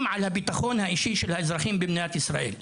לביטחון האישי של האזרחים במדינת ישראל.